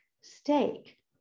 steak